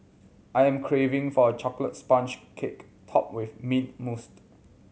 I am craving for a chocolate sponge cake topped with mint mousse